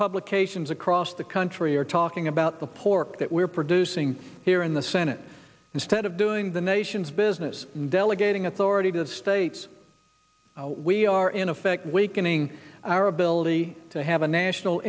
publications across the country are talking about the pork that we're producing here in the senate instead of doing the nation's business delegating authority to the states we are in effect weakening our ability to have a national